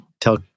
tell